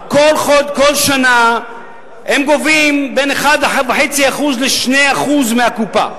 כל שנה הם גובים בין 1.5% ל-2% מהקופה.